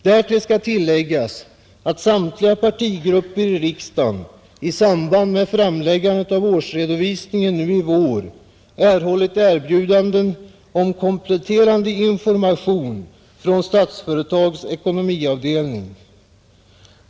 Därtill skall tilläggas att samtliga partigrupper i riksdagen i samband med framläggandet av årsredovisningen nu i vår erhållit erbjudanden om kompletterande information från Statsföretags ekonomiavdelning.